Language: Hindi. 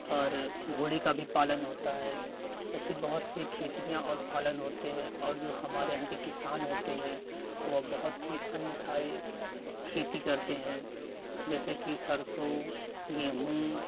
और घोड़े का भी पालन होता है ऐसी बहुत सी खेतियाँ और पालन होते हैं और जो हमारे यहाँ के किसान होते हैं वो बहुत ही अन्य सारे खेती करते हैं जैसे कि सरसों गेहूँ